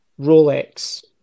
Rolex